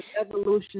evolution